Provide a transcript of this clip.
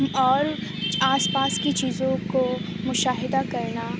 اور آس پاس کی چیزوں کو مشاہدہ کرنا